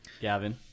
Gavin